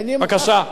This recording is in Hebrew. בבקשה.